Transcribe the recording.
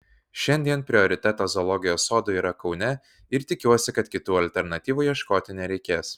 šiandien prioritetas zoologijos sodui yra kaune ir tikiuosi kad kitų alternatyvų ieškoti nereikės